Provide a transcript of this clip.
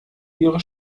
ihre